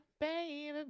baby